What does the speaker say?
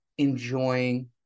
enjoying